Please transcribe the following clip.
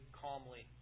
calmly